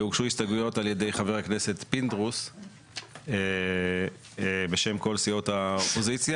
הוגשו הסתייגויות על ידי חבר הכנסת פינדרוס בשם כל סיעות האופוזיציה